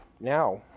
now